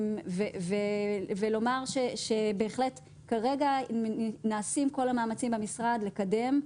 ולומר שבהחלט, כרגע נעשים כל המאמצים במשרד לקדם.